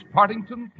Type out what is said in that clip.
Partington